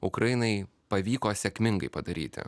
ukrainai pavyko sėkmingai padaryti